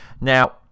Now